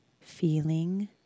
Feeling